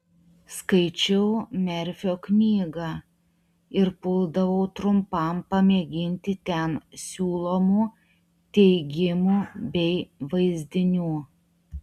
skaičiau merfio knygą ir puldavau trumpam pamėginti ten siūlomų teigimų bei vaizdinių